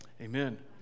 amen